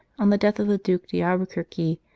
on the death of the duke d albuquerque,